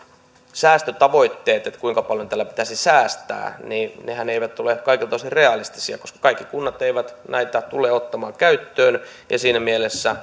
säästötavoitteet kuinka paljon tällä pitäisi säästää eivät ole kaikilta osin realistisia koska kaikki kunnat eivät näitä tule ottamaan käyttöön ja siinä mielessä